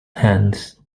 hands